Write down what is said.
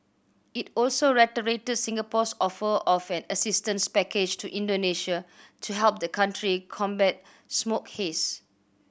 it also reiterated Singapore's offer of an assistance package to Indonesia to help the country combat smoke haze